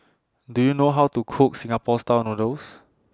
Do YOU know How to Cook Singapore Style Noodles